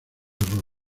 error